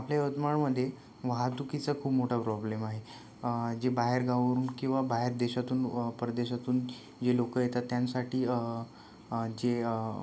आपल्या यवतमाळमध्ये वाहतुकीचा खूप मोठा प्रॉब्लेम आहे जे बाहेर गावावरून किंवा बाहेर देशातून व परदेशातून जे लोक येतात त्यासाठी जे